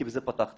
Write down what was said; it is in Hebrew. כי בזה פתחתי.